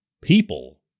people